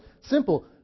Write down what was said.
simple